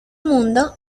mundo